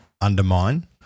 undermine